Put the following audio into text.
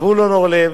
זבולון אורלב